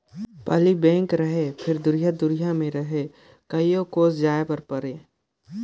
पहिली बेंक रहें फिर दुरिहा दुरिहा मे रहे कयो कोस जाय बर परे